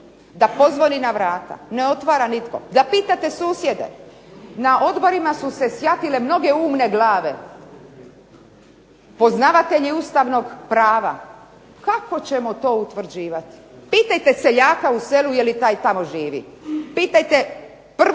da pozvoni na vrata, ne otvara nitko, da pitate susjede. Na odborima su se sjatile mnoge umne glave poznavatelji ustavnog prava. Kako ćemo to utvrđivati? Pitajte seljaka u selu jeli taj tamo živi. Pitajte prvog